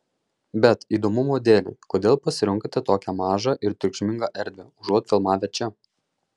bet įdomumo dėlei kodėl pasirinkote tokią mažą ir triukšmingą erdvę užuot filmavę čia